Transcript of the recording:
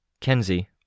Kenzie